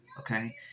Okay